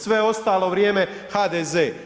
Sve ostalo vrijeme HDZ.